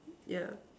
yeah